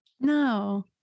No